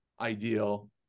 ideal